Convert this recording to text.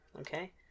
Okay